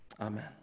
amen